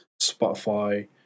Spotify